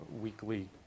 weekly